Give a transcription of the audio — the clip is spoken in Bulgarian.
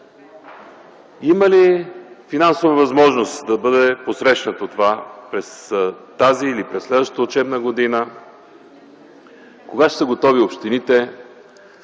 Има ли финансова възможност да бъде посрещнато това през тази или през следващата учебна година? Кога ще са готови общините?